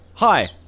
Hi